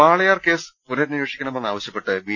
Walayar case പുനരനേഷിക്കണമെന്ന് ആവശ്യ പ്പെട്ട് ബി